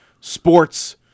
sports